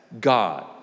God